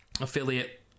affiliate